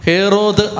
Herod